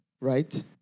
right